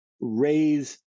raise